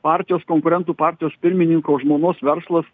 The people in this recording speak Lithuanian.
partijos konkurentų partijos pirmininko žmonos verslas